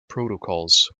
protocols